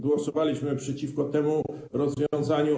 Głosowaliśmy przeciwko temu rozwiązaniu.